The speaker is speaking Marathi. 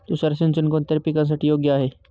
तुषार सिंचन कोणत्या पिकासाठी योग्य आहे?